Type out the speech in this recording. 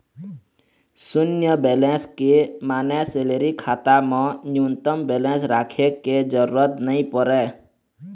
सून्य बेलेंस के माने सेलरी खाता म न्यूनतम बेलेंस राखे के जरूरत नइ परय